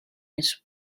his